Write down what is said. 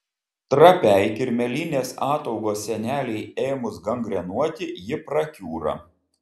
trapiai kirmėlinės ataugos sienelei ėmus gangrenuoti ji prakiūra